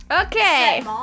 Okay